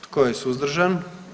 Tko je suzdržan?